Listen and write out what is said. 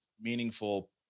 meaningful